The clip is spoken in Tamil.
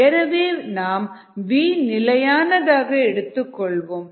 எனவே நாம் V நிலையானதாக எடுத்துக்கொள்ளலாம்